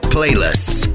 Playlists